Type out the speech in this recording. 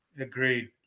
Agreed